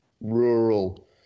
rural